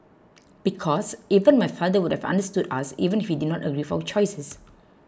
because even my father would have understood us even if he did not agree with our choices